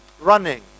running